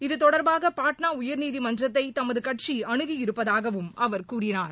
இது தொடர்பாக பாட்னா உயர்நீதிமன்றத்தை தமது கட்சி அனுகி இருப்பதாகவும் அவர் கூறினார்